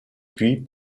puis